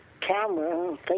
camera